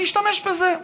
אני אשתמש בזה.